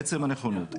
עצם הנכונות,